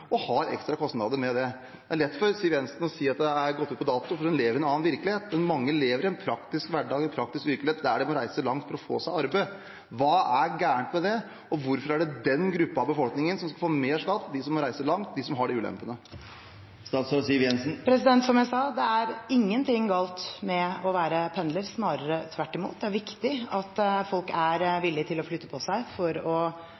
og har ekstra kostnader med det. Det er lett for Siv Jensen å si at det har gått ut på dato, for hun lever i en annen virkelighet. Mange lever i en praktisk hverdag, en praktisk virkelighet der en må reise langt for å få seg arbeid. Hva er galt med det, og hvorfor er det den gruppen av befolkningen – de som må reise langt, de som har de ulempene – som får mer skatt? Som jeg sa, er det ingenting galt med å være pendler, snarere tvert imot. Det er viktig at folk er villig til å